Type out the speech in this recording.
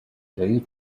dave